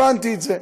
הבנתי את זה.